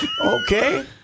Okay